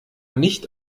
nicht